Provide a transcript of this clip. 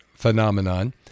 phenomenon